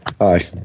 Hi